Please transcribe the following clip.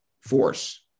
force